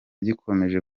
gikomeje